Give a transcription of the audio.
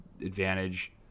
advantage